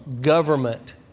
government